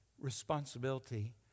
responsibility